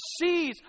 sees